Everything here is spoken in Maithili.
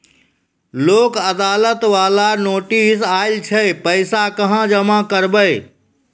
लोक अदालत बाला नोटिस आयल छै पैसा कहां जमा करबऽ?